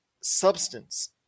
substance